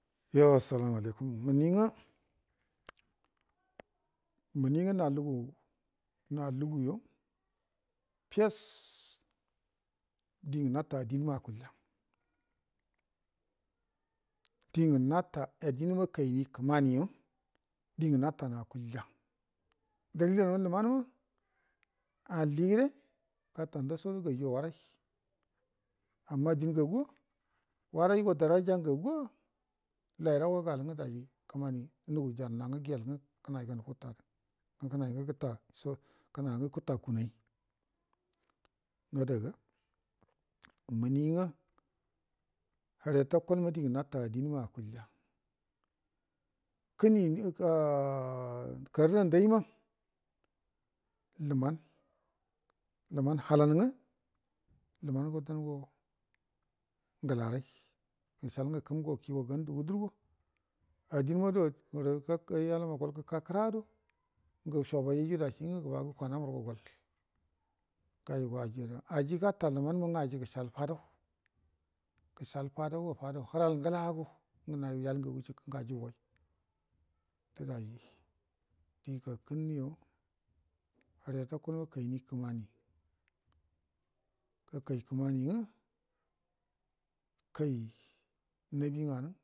Yo assalamu alaikum muninga muninga na lugu na lugugo fess dingə nata aduma akulya dingə nata aduma kaini kəamaniyo dingə natanə akulya darəgerə ləmanma ali gəre gata ndasodo gajuwa warai amma adin ngaguwa daraigo daraja ngaguwa lairago gal nga daji kəmani nugu jarna nga giyel nga bənai ganə futadə kənai ngə gəta so kənai nga gəta kunai adaga muni nga həre tokol ma dingə nata adinma akulya kən indime in karrandaina lumanə lumanə halal nga lumanə go danə go ngəla rai gəshal nga kəmgo kiigo gandə wudərəgo adin mago hərə ayi alama golə gəkə kəka kərado ngu shobaiju dashi nga gəbagə kwana inagəro gol ga aji aji gata lumanə manga aji gəshal fadau gəshal fadaugo fadau həral ngəla'ago ngə nayu yallugagu jikə ngə ajuga goi wute daji di gakə unə yo həre tokolma kaini kəmani gakai kə mani nga kai nabi nganə.